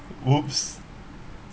whoops